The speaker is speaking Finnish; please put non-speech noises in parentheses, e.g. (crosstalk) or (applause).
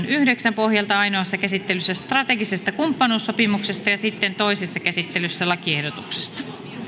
(unintelligible) yhdeksän pohjalta ainoassa käsittelyssä strategisesta kumppanuussopimuksesta ja sitten toisessa käsittelyssä lakiehdotuksesta